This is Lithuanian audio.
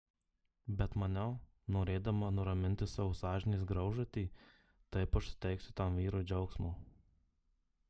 bet maniau norėdama nuraminti savo sąžinės graužatį taip aš suteiksiu tam vyrui džiaugsmo